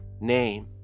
name